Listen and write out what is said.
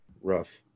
rough